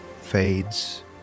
fades